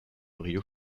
rio